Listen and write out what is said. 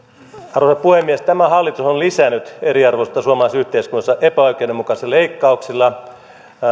arvoisa puhemies tämä hallitus on lisännyt eriarvoisuutta suomalaisessa yhteiskunnassa epäoikeudenmukaisilla leikkauksilla